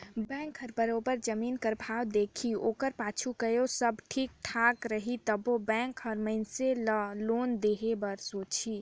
bank हर बरोबेर जमीन कर भाव देखही ओकर पाछू कहों सब ठीक ठाक रही तबे बेंक हर मइनसे ल लोन देहे बर सोंचही